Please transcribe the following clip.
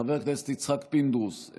חבר הכנסת יצחק פינדרוס,